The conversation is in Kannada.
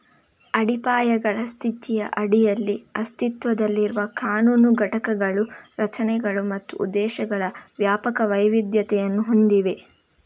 ಅಡಿಪಾಯಗಳ ಸ್ಥಿತಿಯ ಅಡಿಯಲ್ಲಿ ಅಸ್ತಿತ್ವದಲ್ಲಿರುವ ಕಾನೂನು ಘಟಕಗಳು ರಚನೆಗಳು ಮತ್ತು ಉದ್ದೇಶಗಳ ವ್ಯಾಪಕ ವೈವಿಧ್ಯತೆಯನ್ನು ಹೊಂದಿವೆ